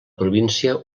província